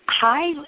Hi